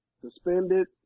suspended